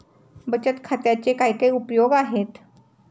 बचत खात्याचे काय काय उपयोग आहेत?